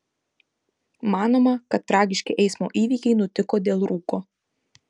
manoma kad tragiški eismo įvykiai nutiko dėl rūko